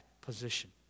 position